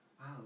Wow